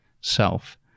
self